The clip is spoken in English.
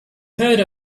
heard